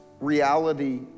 reality